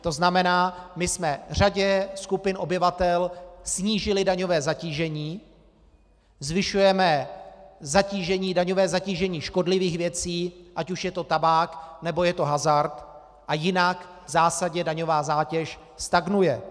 To znamená, my jsme řadě skupin obyvatel snížili daňové zatížení, zvyšujeme daňové zatížení škodlivých věcí, ať už je to tabák, nebo je to hazard, a jinak v zásadě daňová zátěž stagnuje.